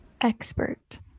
Expert